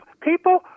People